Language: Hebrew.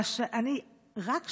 אני רק שאלתי: